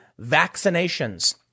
vaccinations